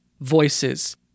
voices